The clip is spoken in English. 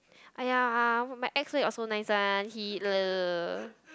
!aiya! uh my ex where got so nice one he